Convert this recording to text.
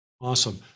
Awesome